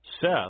Seth